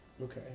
Okay